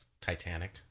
Titanic